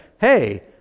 hey